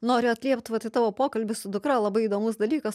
noriu atliept vat į tavo pokalbį su dukra labai įdomus dalykas